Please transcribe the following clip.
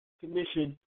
Commission